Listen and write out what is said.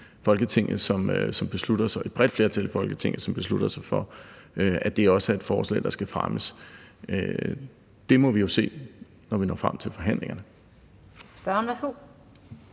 Folketinget, som beslutter sig for, at det også er et forslag, der skal fremmes, må vi jo se, når vi når frem til forhandlingerne.